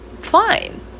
fine